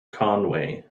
conway